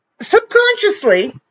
subconsciously